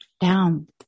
down